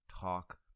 talk